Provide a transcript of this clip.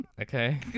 okay